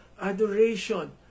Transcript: adoration